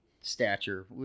stature